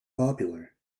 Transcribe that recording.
popular